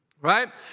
Right